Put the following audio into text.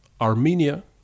Armenia